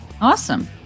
Awesome